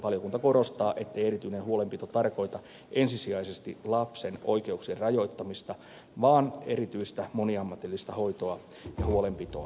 valiokunta korostaa ettei erityinen huolenpito tarkoita ensisijaisesti lapsen oikeuksien rajoittamista vaan erityistä moniammatillista hoitoa ja huolenpitoa lapsesta